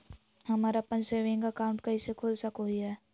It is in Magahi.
हम अप्पन सेविंग अकाउंट कइसे खोल सको हियै?